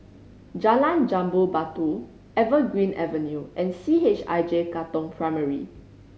Jalan Jambu Batu Evergreen Avenue and C H I J Katong Primary